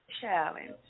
Challenge